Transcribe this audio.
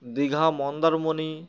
Digha Mandarmani